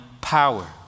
power